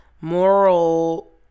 moral